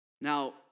Now